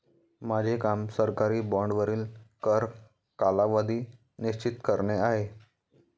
माझे काम सरकारी बाँडवरील कर कालावधी निश्चित करणे आहे